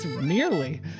nearly